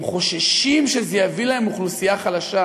הם חוששים שזה יביא להם אוכלוסייה חלשה.